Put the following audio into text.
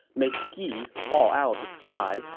make geese fall out of the sky,